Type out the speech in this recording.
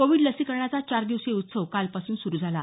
Covid लसीकरणाचा चार दिवसीय उत्सव कालपासून सुरू झाला